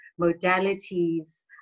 modalities